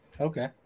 Okay